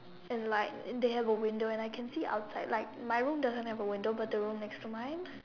and like they have a window and I can see outside like my room doesn't have a window but the room next to mine